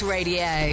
Radio